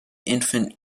infant